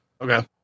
Okay